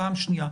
פעם שנייה,